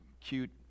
cute